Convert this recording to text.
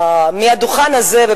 מהדוכן הזה,